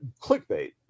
clickbait